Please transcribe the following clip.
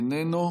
איננו,